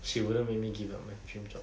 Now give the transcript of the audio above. she wouldn't make me give up on my dream job